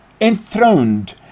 enthroned